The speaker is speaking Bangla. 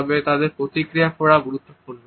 তবে তাদের প্রতিক্রিয়া পড়া গুরুত্বপূর্ণ